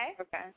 Okay